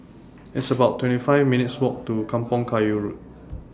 It's about twenty five minutes' Walk to Kampong Kayu Road